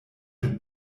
der